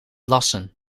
lassen